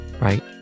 right